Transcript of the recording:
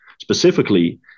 specifically